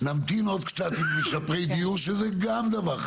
נמתין עוד קצת עם משפרי דיור, שזה גם דבר חשוב.